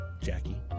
Jackie